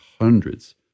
hundreds